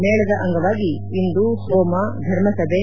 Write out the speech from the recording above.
ಮೇಳದ ಅಂಗವಾಗಿ ಇಂದು ಹೋಮ ಧರ್ಮಸಭೆ